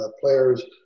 players